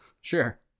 sure